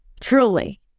truly